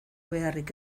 beharrik